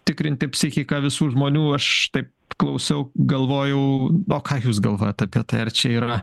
tikrinti psichiką visų žmonių aš taip klausiau galvojau o ką jūs galvojat apie tai ar čia yra